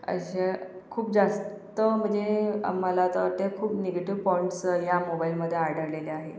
अशा खूप जास्त म्हणजे आम्हांला तर वाटते खूप निगेटयू पॉईंट्स या मोबाईलमध्ये आढळलेले आहेत